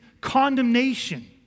condemnation